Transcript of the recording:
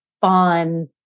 fun